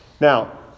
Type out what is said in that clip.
Now